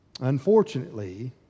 Unfortunately